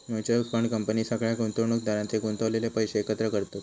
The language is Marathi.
म्युच्यअल फंड कंपनी सगळ्या गुंतवणुकदारांचे गुंतवलेले पैशे एकत्र करतत